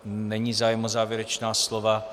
Není zájem o závěrečná slova.